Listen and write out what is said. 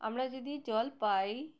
আমরা যদি জল পাই